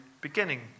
beginning